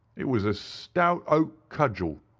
it was a stout oak cudgel.